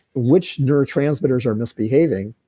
which neurotransmitters are misbehaving?